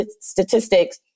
statistics